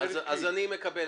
אז אני מקבל.